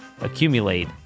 accumulate